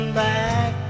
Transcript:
back